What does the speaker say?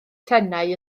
tenau